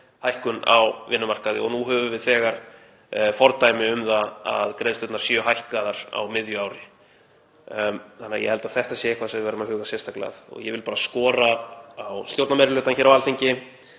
hækkun á vinnumarkaði. Nú höfum við þegar fordæmi um það að greiðslurnar séu hækkaðar á miðju ári þannig að ég held að þetta sé eitthvað sem við verðum að huga sérstaklega að. Ég vil skora á stjórnarmeirihlutann á Alþingi